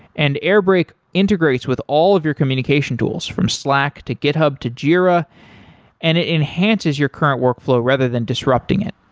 and airbrake integrates with all of your communication tools, from slack, to github, to jira and it enhances your current workflow rather than disrupting it.